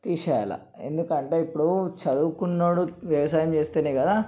తీసేయాలి ఎందుకంటే ఇప్పుడు చదువుకున్నవాడు వ్యవసాయం చేస్తేనే కదా